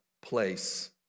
place